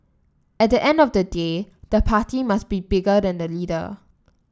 at the end of the day the party must be bigger than the leader